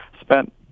spent